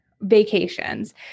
vacations